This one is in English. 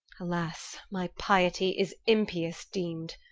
alas, my piety is impious deemed.